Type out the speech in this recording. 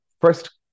first